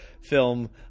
film